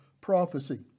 prophecy